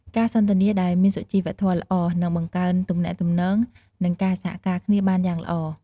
អ្នកត្រូវគិតមុននឹងនិយាយ ព្រោះពាក្យសម្តីខ្លះពេលនិយាយចេញទៅហើយ មិនអាចដកចេញបានវិញទេ។